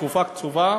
תקופה קצובה,